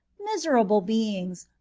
miserable beings,